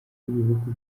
w’ibihugu